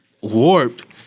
warped